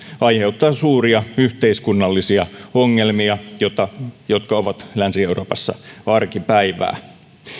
aiheuttaa suuria yhteiskunnallisia ongelmia jotka ovat länsi euroopassa arkipäivää